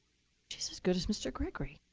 she's as good as mr. gregory.